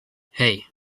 hey